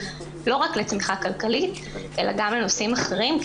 לא רק לצמיחה כלכלית אלא גם לנושאים אחרים,